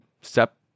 step